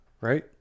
right